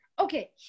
Okay